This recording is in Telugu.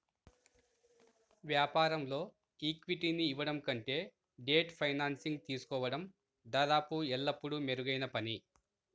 వ్యాపారంలో ఈక్విటీని ఇవ్వడం కంటే డెట్ ఫైనాన్సింగ్ తీసుకోవడం దాదాపు ఎల్లప్పుడూ మెరుగైన పని